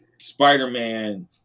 Spider-Man